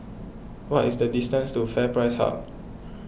what is the distance to FairPrice Hub